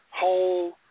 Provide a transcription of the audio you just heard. whole